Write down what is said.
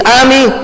army